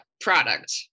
product